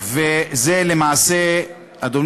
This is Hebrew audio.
הוא כל כך חשוב ונוגע לכלל המשפחות וההורים